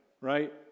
right